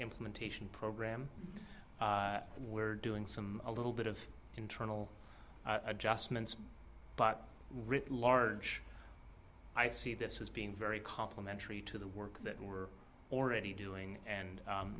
implementation program where doing some a little bit of internal adjustments but writ large i see this as being very complementary to the work that we're already doing and